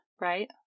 right